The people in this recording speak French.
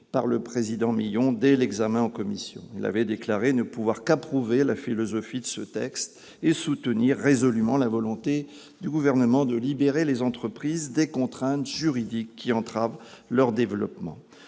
par le président Milon, dès l'examen en commission. Il avait déclaré ne pouvoir « qu'approuver la philosophie de ce texte » et « soutenir résolument la volonté du Gouvernement de libérer les entreprises des contraintes juridiques qui entravent leur développement